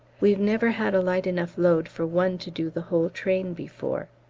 we've never had a light enough load for one to do the whole train before.